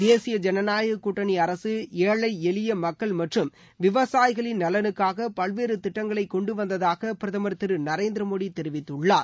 தேசிய ஜனநாயக கூட்டணி அரக ஏழை எளிய மக்கள் மற்றும் விவசாயிகளின் நலனுக்காக பல்வேறு திட்டங்களை கொண்டு வந்ததாக பிரதமர் திரு நரேந்திரமோடி தெரிவித்துள்ளார்